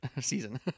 season